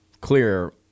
clear